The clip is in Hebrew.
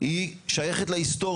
אני לא מדבר על ההעברה.